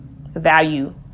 value